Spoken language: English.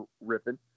ripping